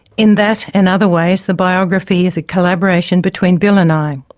in that and other ways the biography is a collaboration between bill and i,